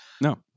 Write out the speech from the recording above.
no